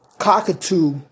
Cockatoo